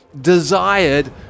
desired